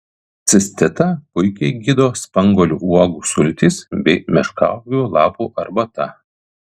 cistitą puikiai gydo spanguolių uogų sultys bei meškauogių lapų arbata